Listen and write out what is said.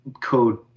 code